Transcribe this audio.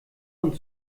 und